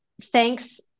Thanks